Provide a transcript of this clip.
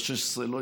בשש עשרה לא,